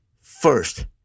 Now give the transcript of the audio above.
First